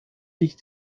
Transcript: sich